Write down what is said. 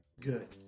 good